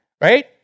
right